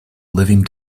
living